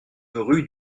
rue